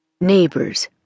Neighbors